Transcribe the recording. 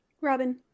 Robin